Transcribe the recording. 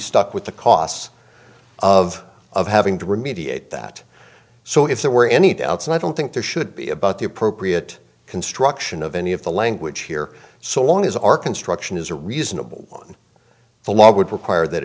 stuck with the costs of of having to remediate that so if there were any doubts and i don't think there should be about the appropriate construction of any of the language here so long as our construction is a reasonable one the law would require that